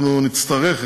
אנחנו נצטרך,